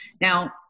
Now